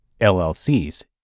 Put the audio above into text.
LLCs